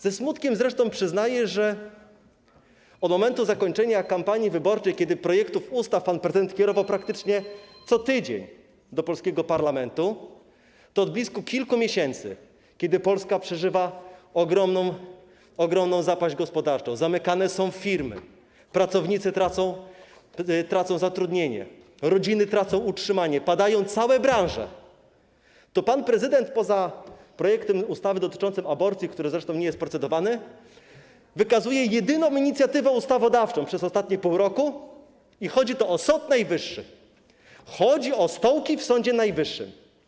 Ze smutkiem zresztą przyznaję, że od momentu zakończenia kampanii wyborczej, kiedy projekty ustaw pan prezydent kierował praktycznie co tydzień do polskiego parlamentu, od blisko kilku miesięcy, kiedy Polska przeżywa ogromną zapaść gospodarczą, zamykane są firmy, pracownicy tracą zatrudnienie, rodziny tracą utrzymanie, padają całe branże, pan prezydent poza projektem ustawy dotyczącym aborcji, który zresztą nie był procedowany, wykazuje się inicjatywą ustawodawczą przez ostatnie pół roku, kiedy chodzi jedynie o Sąd Najwyższy, kiedy chodzi o stołki w Sądzie Najwyższym.